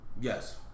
Yes